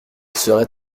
serait